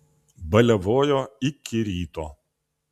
baliavojo iki ryto